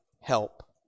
help